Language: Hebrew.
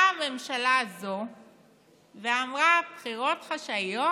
באה הממשלה הזאת ואמרה: בחירות חשאיות?